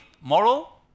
moral